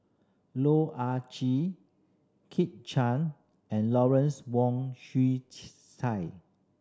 Loh Ah Chee Kit Chan and Lawrence Wong Shyun Tsai